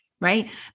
Right